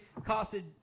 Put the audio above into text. costed